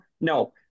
No